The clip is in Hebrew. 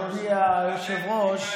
אדוני היושב-ראש,